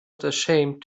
ashamed